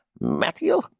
Matthew